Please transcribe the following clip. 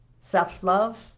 self-love